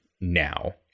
now